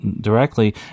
directly